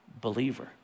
believer